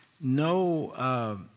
No